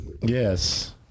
Yes